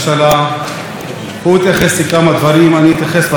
אני אתייחס בתחילה לאחד מהם ואחרי זה אעבור לשפה הערבית,